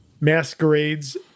masquerades